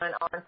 on